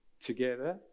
together